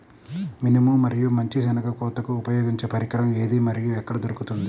మినుము మరియు మంచి శెనగ కోతకు ఉపయోగించే పరికరం ఏది మరియు ఎక్కడ దొరుకుతుంది?